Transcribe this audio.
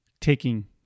taking